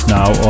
now